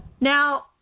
Now